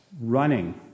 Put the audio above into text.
Running